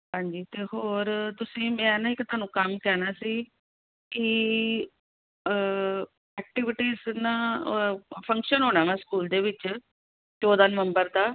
ਹਾਂਜੀ ਅਤੇ ਹੋਰ ਤੁਸੀਂ ਮੈਂ ਨਾ ਇੱਕ ਤੁਹਨੂੰ ਕੰਮ ਕਹਿਣਾ ਸੀ ਕਿ ਐਕਟੀਵੀਟੀਜ਼ ਨਾ ਫੰਕਸ਼ਨ ਹੋਣਾ ਵਾ ਸਕੂਲ ਦੇ ਵਿੱਚ ਚੌਦਾਂ ਨਵੰਬਰ ਦਾ